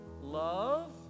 Love